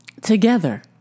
Together